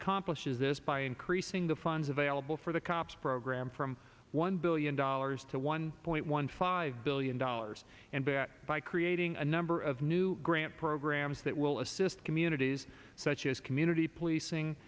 accomplishes this by increasing the funds available for the cops program from one billion dollars to one point one five billion dollars by creating a number of new grant programs that will assist communities such as community policing